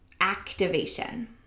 activation